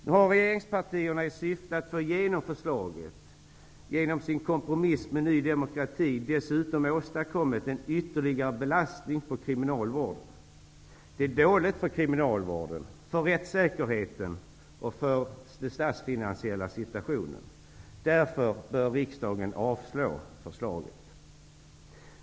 Nu har regeringspartierna, i syfte att få igenom förslaget, genom sin kompromiss med Ny demokrati dessutom åstadkommit en ytterligare belastning på kriminalvården. Det är dåligt för kriminalvården, för rättssäkerheten och för den statsfinansiella situationen. Därför bör riksdagen avslå förslaget.